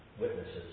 witnesses